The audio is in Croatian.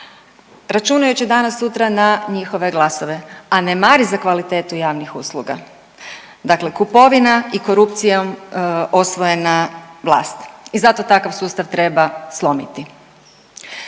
računajući danas sutra na njihove glasove, a ne mari za kvalitetu javnih usluga. Dakle, kupovina i korupcijom osvojena vlast i zato takav sustav treba slomiti.